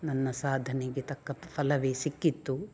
ನನ್ನ ಸಾಧನೆಗೆ ತಕ್ಕ ಫಲವೇ ಸಿಕ್ಕಿತ್ತು